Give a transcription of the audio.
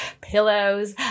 pillows